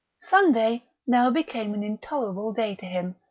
sunday now became an intolerable day to him,